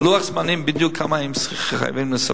לוח זמנים כמה בדיוק הם חייבים לספק.